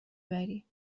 بری